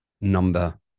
number